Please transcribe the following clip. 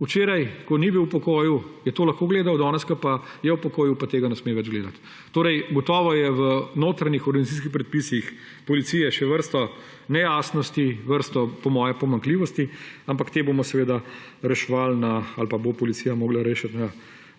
včeraj, ko ni bil v pokoju, je to lahko gledal, danes, ko pa je v pokoju, pa tega ne sme več gledati. Gotovo je v notranjih organizacijskih predpisih policije še vrsta nejasnosti, vrsta pomanjkljivosti, ampak te bomo reševali ali pa bo policija morala rešiti na